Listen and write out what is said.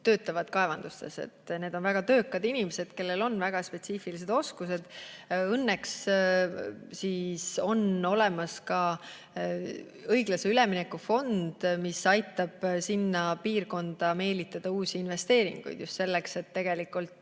töötavad kaevandustes. Need on väga töökad inimesed, kellel on väga spetsiifilised oskused. Õnneks on olemas ka õiglase ülemineku fond, mis aitab sinna piirkonda meelitada uusi investeeringuid just selleks, et tegelikult